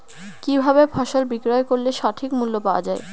কি ভাবে ফসল বিক্রয় করলে সঠিক মূল্য পাওয়া য়ায়?